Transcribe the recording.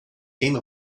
came